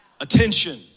attention